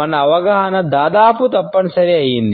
మన అవగాహన దాదాపు తప్పనిసరి అయింది